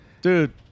Dude